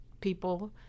people